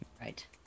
Right